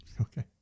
Okay